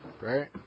right